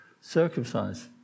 circumcised